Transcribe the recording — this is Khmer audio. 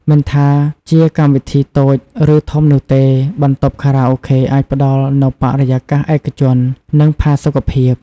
មិនថាជាកម្មវិធីតូច ឬធំនោះទេ បន្ទប់ខារ៉ាអូខេអាចផ្តល់នូវបរិយាកាសឯកជន និងផាសុកភាព។